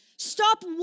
Stop